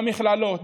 במכללות,